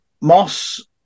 Moss